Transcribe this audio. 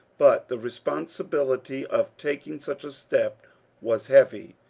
but the responsibility of taking such a step was heavy,